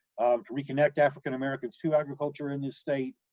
to reconnect african americans to agriculture in this state.